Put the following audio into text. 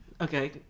Okay